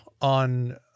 on